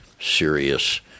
serious –